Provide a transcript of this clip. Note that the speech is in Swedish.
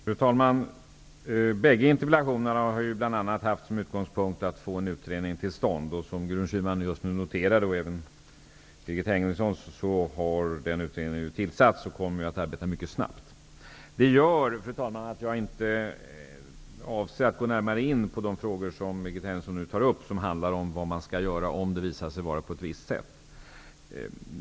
Fru talman! Båda interpellationerna har bl.a. haft som utgångspunkt att få en utredning till stånd. Som Gudrun Schyman och även Birgit Henriksson noterade har den utredningen nu tillsatts. Den kommer att arbeta mycket snabbt. Fru talman! Detta gör att jag inte avser att gå närmare in på de frågor som Birgit Henriksson nu tar upp, som handlar om vad man skall göra om det visar sig vara på ett visst sätt.